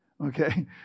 okay